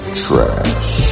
trash